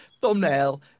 thumbnail